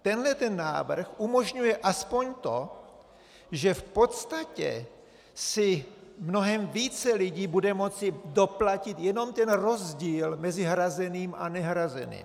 Tento návrh umožňuje aspoň to, že v podstatě si mnohem více lidí bude moci doplatit jenom ten rozdíl mezi hrazeným a nehrazeným.